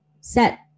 set